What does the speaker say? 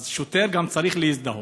אז שוטר גם צריך להזדהות.